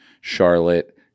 Charlotte